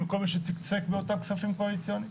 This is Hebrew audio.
וכל מי שהתעסק באותם כספים קואליציוניים